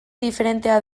diferentea